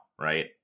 right